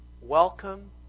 welcome